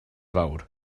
fawr